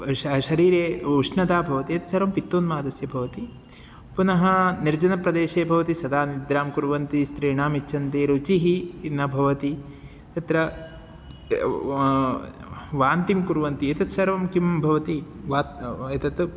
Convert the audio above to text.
शा शरीरे उष्णता भवति एतत् सर्वं पित्तोन्मादस्य भवति पुनः निर्जनप्रदेशे भवति सदा निद्रां कुर्वन्ति स्त्रीणाम् इच्छन्ति रुचिः न भवति तत्र वान्तिं कुर्वन्ति एतत् सर्वं किं भवति वातः एतानि